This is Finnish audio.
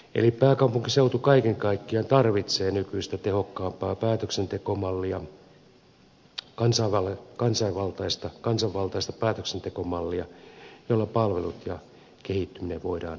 eli pääkaupunkiseutu kaiken kaikkiaan tarvitsee nykyistä tehokkaampaa päätöksentekomallia kansanvaltaista päätöksentekomallia jolla palvelut ja kehittyminen voidaan turvata